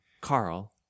Carl